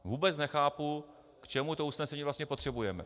Vůbec nechápu, k čemu to usnesení vlastně potřebujeme.